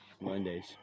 Mondays